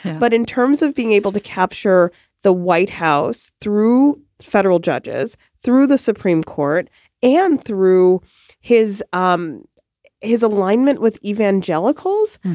but in terms of being able to capture the white house through federal judges, through the supreme court and through his um his alignment with evangelicals,